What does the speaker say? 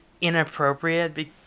inappropriate